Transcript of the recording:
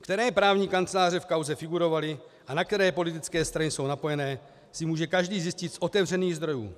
Které právní kanceláře v kauze figurovaly a na které politické strany jsou napojené, si může každý zjistit z otevřených zdrojů.